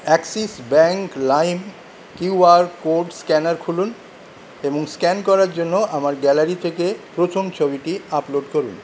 Axis Bank Lime QR code scanner খুলুন এবং scan করার জন্য আমার গ্যালারি থেকে প্রথম ছবিটি আপলোড করুন